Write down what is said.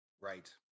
Right